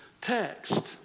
text